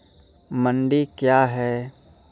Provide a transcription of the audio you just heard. मंडी क्या हैं?